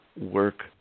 work